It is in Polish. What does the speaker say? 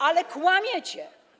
Ale kłamiecie.